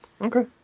Okay